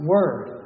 Word